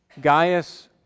Gaius